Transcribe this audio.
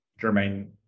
Jermaine